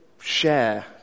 share